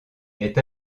est